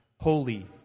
holy